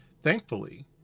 Thankfully